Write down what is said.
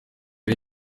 ari